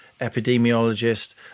epidemiologist